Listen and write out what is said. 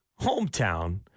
hometown